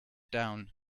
down